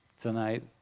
tonight